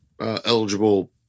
eligible